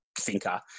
thinker